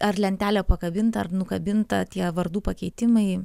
ar lentelė pakabinta ar nukabinta tie vardų pakeitimai